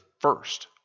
first